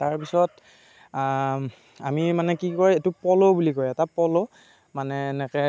তাৰপিছত আমি মানে কি কয় এইটো পল বুলি কয় এটা পল মানে এনেকৈ